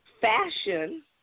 fashion